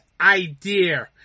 Idea